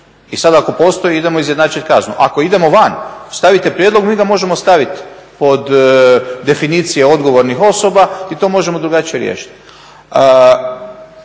I sad ako postoji idemo izjednačiti kaznu. Ako idemo van, stavite prijedlog mi ga možemo staviti pod definicije odgovornih osoba i to možemo drugačije riješiti.